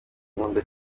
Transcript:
nkunda